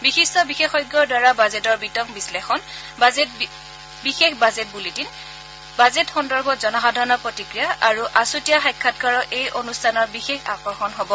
বিশিষ্ট বিশেষজ্ঞৰ দ্বাৰা বাজেটৰ বিতং বিশ্লেষণ বিশেষ বাজেট বুলেটিন বাজেট সন্দৰ্ভত জনসাধাৰণৰ প্ৰতিক্ৰীয়া আৰু আছুতীয়া সাক্ষাৎকাৰ এই অনুষ্ঠানৰ বিশেষ আকৰ্ষণ হ'ব